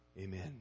Amen